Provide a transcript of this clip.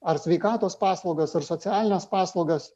ar sveikatos paslaugas ar socialines paslaugas